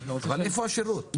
אבל איפה השירות ללקוח?